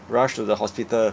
rush to the hospital